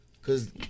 Cause